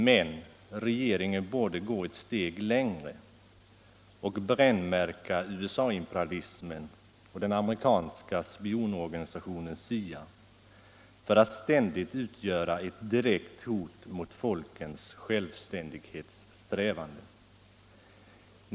Men regeringen borde gå ett steg längre och brännmärka USA imperialismen och den amerikanska spionorganisationen CIA för att ständigt utgöra ett direkt hot mot folkens självständighetssträvanden.